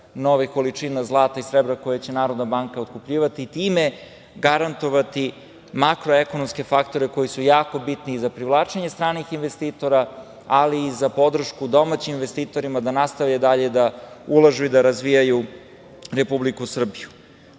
novih količina zlata i srebra koje će Narodna banka otkupljivati i time garantovati makroekonomske faktore koji su jako bitni za privlačenje stranih investitora, ali i za podršku domaćim investitorima da nastave dalje da ulažu i razvijaju Republiku Srbiju. Kao